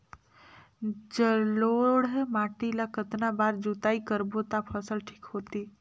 जलोढ़ माटी ला कतना बार जुताई करबो ता फसल ठीक होती?